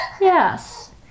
Yes